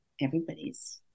everybody's